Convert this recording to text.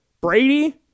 Brady